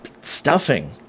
stuffing